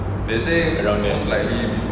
around there